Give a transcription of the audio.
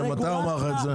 מתי אמר לך את זה?